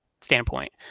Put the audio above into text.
standpoint